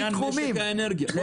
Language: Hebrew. בעניין משק האנרגיה.